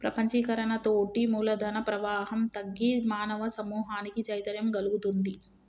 ప్రపంచీకరణతోటి మూలధన ప్రవాహం తగ్గి మానవ సమూహానికి చైతన్యం గల్గుతుంది